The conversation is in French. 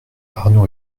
arnaud